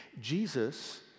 Jesus